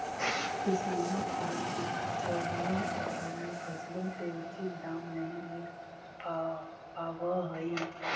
किसानों को बिचौलियों के कारण फसलों के उचित दाम नहीं मिल पावअ हई